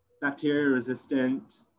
bacteria-resistant